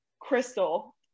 crystal